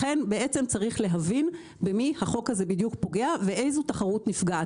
לכן צריך להבין במי החוק הזה בדיוק פוגע ואיזו תחרות נפגעת.